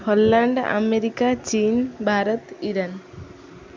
Holland America ଚୀନ Bharat Iran